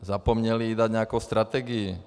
Zapomněli jí dát nějakou strategii.